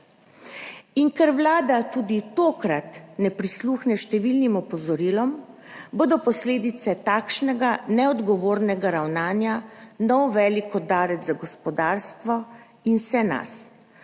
Ker vlada tudi tokrat ne prisluhne številnim opozorilom, bodo posledice takšnega neodgovornega ravnanja nov velik udarec za gospodarstvo in vse nas.